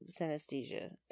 synesthesia